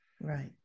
Right